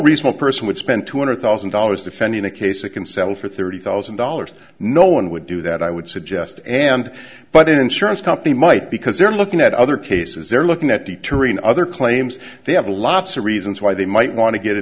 reasonable person would spend two hundred thousand dollars defending a case that can settle for thirty thousand dollars no one would do that i would suggest and but an insurance company might because they're looking at other cases they're looking at deterring other claims they have a lots of reasons why they might want to get a